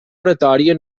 oratòria